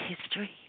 history